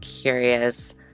curious